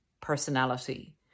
personality